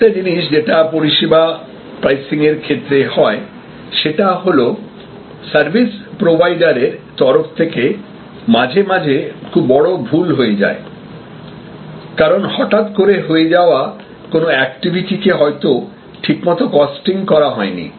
আরেকটা জিনিস যেটা পরিষেবা প্রাইসিং এর ক্ষেত্রে হয় সেটা হল সার্ভিস প্রোভাইডার এর তরফ থেকে মাঝে মাঝে খুব বড় ভুল হয়ে যায় কারণ হঠাৎ করে হয়ে যাওয়া কোন অ্যাক্টিভিটি কে হয়তো ঠিকমতো কস্টিং করা হয়নি